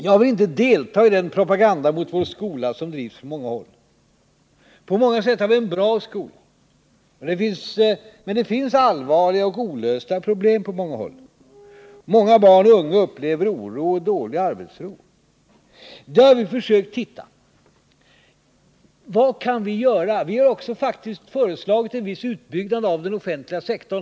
Jag vill inte delta i den propaganda mot vår skola som drivs från många håll. På många sätt har vi en bra skola, men det finns flera allvarliga och olösta problem. Många barn och unga upplever oro och dålig arbetsro. Vi har undersökt vad vi kan göra åt detta och har bl.a. föreslagit en viss utbyggnad av den offentliga sektorn.